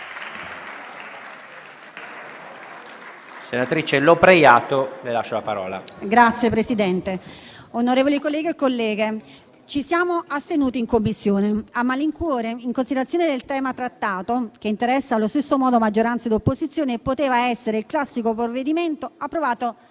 Ne ha facoltà. LOPREIATO *(M5S)*. Signor Presidente, onorevoli colleghi e colleghe, ci siamo astenuti in Commissione a malincuore, in considerazione del tema trattato, che interessa allo stesso modo maggioranza ed opposizione, che poteva essere il classico provvedimento approvato